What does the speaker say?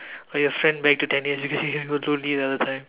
or your friend back to ten years because you other time